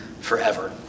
forever